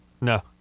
No